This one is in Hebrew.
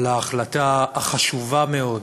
על ההחלטה החשובה מאוד